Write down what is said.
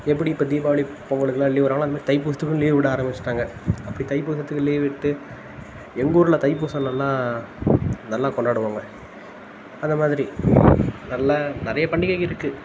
எப்படி இப்போ தீபாவளி பொங்கலுக்கெல்லாம் லீவ் விடுறாங்களோ அதை மாதிரி இப்போ தைப்பூசத்துக்கும் லீவ் விட ஆரம்பிச்சுட்டாங்க அப்படி தைப்பூசத்துக்கு லீவ் விட்டு எங்கள் ஊரில் தைப்பூசம் நல்லா நல்லா கொண்டாடுவாங்க அந்த மாதிரி நல்லா நிறைய பண்டிகைகள் இருக்குது